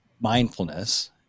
mindfulness